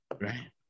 right